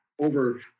Over